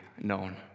known